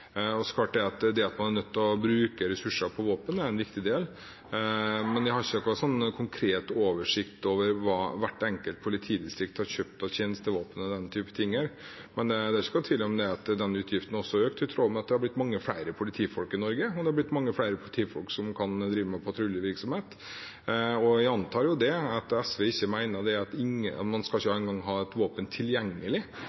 Man er nødt til å bruke ressurser på våpen, det er viktig, men jeg har ingen konkret oversikt over hva hvert enkelt politidistrikt har kjøpt av tjenestevåpen og den type ting. Men det er ikke noen tvil om at den utgiften også har økt, i tråd med at det har blitt mange flere politifolk i Norge, og det har blitt mange flere politifolk som kan drive med patruljevirksomhet. Jeg antar at SV ikke mener at man ikke engang skal